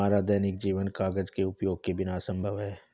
हमारा दैनिक जीवन कागज के उपयोग के बिना असंभव है